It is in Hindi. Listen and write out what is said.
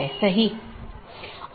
इसमें स्रोत या गंतव्य AS में ही रहते है